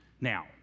Now